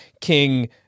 king